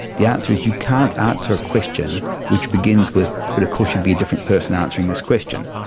the answer is you can't answer a question which begins with but of course you'd be a different person answering this question.